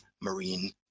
marine